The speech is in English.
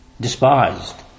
despised